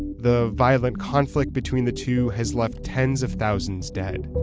the violent conflict between the two has left tens of thousands dead.